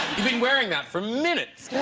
you've been wearing that for minutes